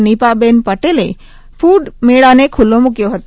Nipaben Patel food મેળાને ખુલ્લો મૂકયો હતો